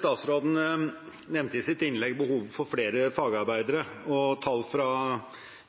Statsråden nevnte i sitt innlegg behovet for flere fagarbeidere. Tall fra